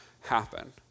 happen